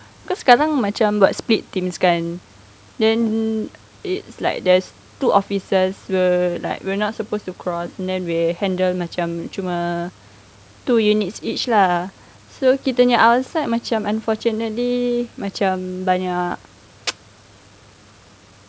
because sekarang macam buat split teams kan then it's like there's two offices we're like we're not supposed to cross then we handle macam cuma two units each lah so kita punya outside unfortunately macam banyak